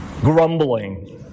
Grumbling